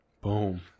Boom